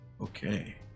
Okay